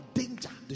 danger